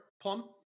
Plum